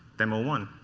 demo one.